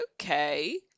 okay